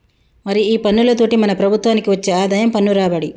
మరి ఈ పన్నులతోటి మన ప్రభుత్వనికి వచ్చే ఆదాయం పన్ను రాబడి